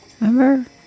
Remember